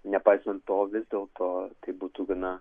nepaisant to vis dėl to tai būtų gana